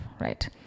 right